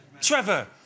Trevor